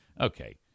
Okay